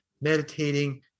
meditating